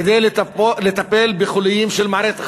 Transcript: כדי לטפל בחוליים של מערכת החינוך,